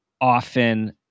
often